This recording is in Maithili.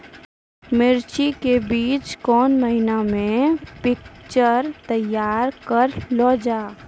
मिर्ची के बीज कौन महीना मे पिक्चर तैयार करऽ लो जा?